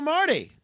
Marty